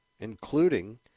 including